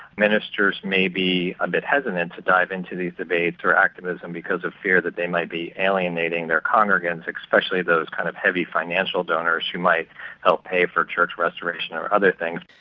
ministers may be a bit hesitant to dive into these debates or activism because of fear that they might be alienating their congregants, especially those kinds of heavy financial donors who might help pay for church restoration or other things.